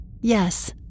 Yes